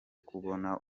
kubona